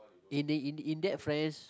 in the in in that friends